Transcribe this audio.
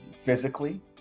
physically